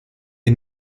den